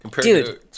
Dude